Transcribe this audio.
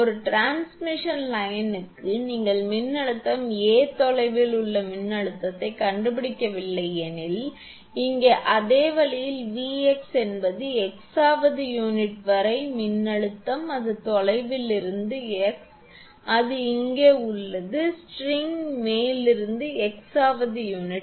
ஒரு டிரான்ஸ்மிஷன் லைனுக்கு நீங்கள் மின்னழுத்தம் a தொலைவில் உள்ள மின்னழுத்தத்தைக் கண்டுபிடிக்கவில்லை எனில் இங்கே அதே வழியில் Vx என்பது x வது யூனிட் வரை மின்னழுத்தம் அது தொலைவில் இருந்தது x அது இங்கே உள்ளது ஸ்ட்ரிங் மேல் இருந்து x வது யூனிட்